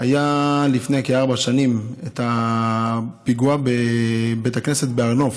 לפני כארבע שנים כשהיה פיגוע בבית הכנסת בהר נוף.